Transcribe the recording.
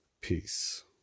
Peace